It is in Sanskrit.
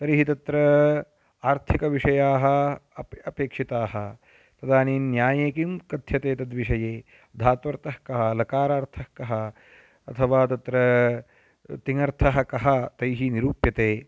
तर्हि तत्र आर्थिकविषयाः अपि अपेक्षिताः तदानीं न्याये किं कथ्यते तद्विषये धात्वर्थः कः लकारार्थः कः अथवा तत्र तिङ्गर्थः कः तैः निरूप्यते